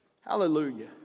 Hallelujah